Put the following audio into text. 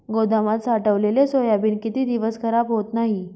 गोदामात साठवलेले सोयाबीन किती दिवस खराब होत नाही?